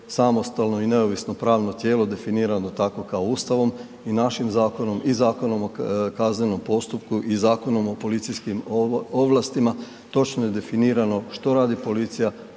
samostalno i neovisno pravno tijelo definirano takvo kao Ustavom i našim zakonom i Zakonom o kaznenom postupku i Zakonom o policijskim ovlastima, točno je definirano što radi policija,